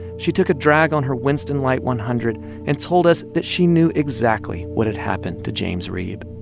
she took a drag on her winston light one hundred and told us that she knew exactly what had happened to james reeb.